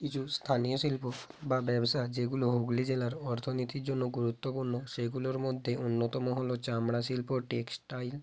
কিছু স্থানীয় শিল্প বা ব্যবসা যেগুলো হুগলি জেলার অর্থনীতির জন্য গুরুত্বপূর্ণ সেগুলোর মধ্যে অন্যতম হল চামড়া শিল্প টেক্সটাইল